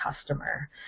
customer